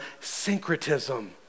syncretism